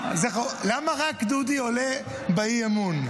למה רק דודי עולה באי-אמון?